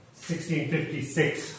1656